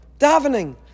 davening